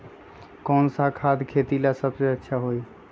कौन सा खाद खेती ला सबसे अच्छा होई?